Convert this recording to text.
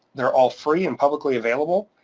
they're all free and publicly available,